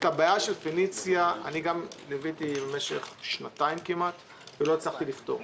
את הבעיה של פניציה ליוויתי במשך שנתיים כמעט ולא הצלחתי לפתור.